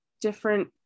different